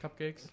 cupcakes